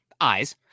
eyes